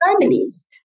families